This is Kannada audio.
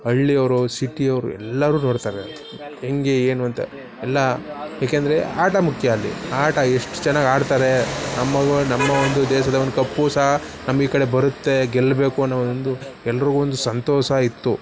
ಹಳ್ಳಿಯವ್ರು ಸಿಟಿಯವರು ಎಲ್ಲರೂ ನೋಡ್ತಾರೆ ಹೆಂಗೆ ಏನು ಅಂತ ಎಲ್ಲ ಏಕೆಂದರೆ ಆಟ ಮುಖ್ಯ ಅಲ್ಲಿ ಆಟ ಎಷ್ಟು ಚೆನ್ನಾಗಿ ಆಡ್ತಾರೆ ನಮ್ಮ ಊರು ನಮ್ಮ ಒಂದು ದೇಶದ ಒಂದು ಕಪ್ಪು ಸಹ ನಮ್ಮ ಈ ಕಡೆ ಬರುತ್ತೆ ಗೆಲ್ಲಬೇಕು ಅನ್ನೋ ಒಂದು ಎಲ್ರಿಗೂ ಒಂದು ಸಂತೋಷ ಇತ್ತು